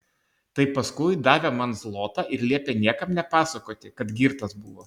tai paskui davė man zlotą ir liepė niekam nepasakoti kad girtas buvo